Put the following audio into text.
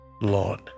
Lord